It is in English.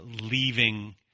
leaving